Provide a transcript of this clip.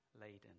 laden